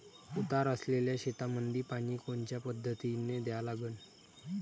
उतार असलेल्या शेतामंदी पानी कोनच्या पद्धतीने द्या लागन?